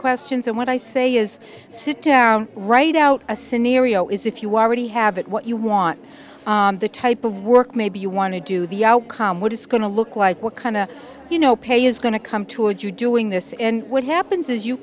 questions and what i say is sit down write out a scenario is if you are ready have it what you want the type of work maybe you want to do the outcome what is going to look like what kind of you know pay is going to come to and you doing this and what happens is you